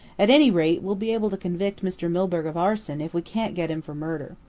at any rate, we'll be able to convict mr. milburgh of arson if we can't get him for murder.